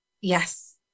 Yes